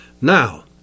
Now